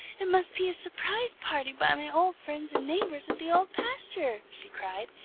it must be a surprise party by my old friends and neighbors of the old pasture! she cried.